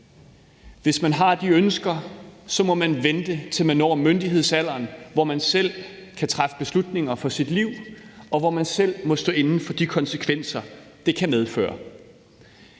Hvis man har de ønsker, må man vente, til man når myndighedsalderen, hvor man selv kan træffe beslutninger for sit liv, og hvor man selv må stå inde for de konsekvenser det kan have.